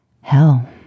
Hell